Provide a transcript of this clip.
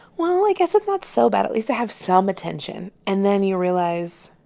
well, i guess it's not so bad. at least i have some attention. and then, you realize,